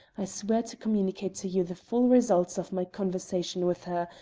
i swear to communicate to you the full result of my conversation with her,